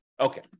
okay